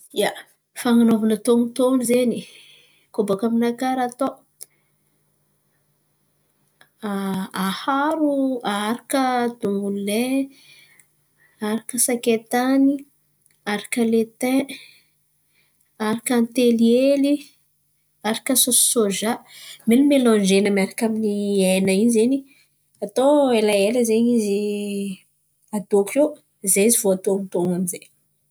ia, fan̈anaovana tônotôno zen̈y kôa bôkà aminakà raha atao aharo aharaka sakaitan̈y aharaka letyn, aharaka antely ely, aharaka saosy sojà melimelangena miaraka amy ny hena io zen̈y atao elaela zen̈y izy adôko eo zay izy vô atônotôno amin'zay.